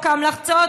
חוק ההמלצות,